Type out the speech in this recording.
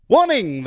Warning